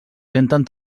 senten